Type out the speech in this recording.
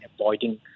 avoiding